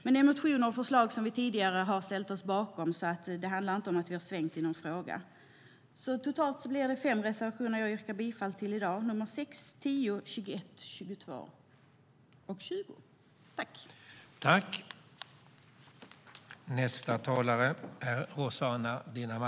Det är dock motioner och förslag som vi tidigare ställt oss bakom, så det handlar inte om att vi svängt i någon fråga. Totalt yrkar jag således bifall till fem reservationer i dag, nr 6, 10, 20, 21 och 22.